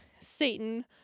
Satan